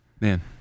Man